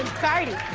cardi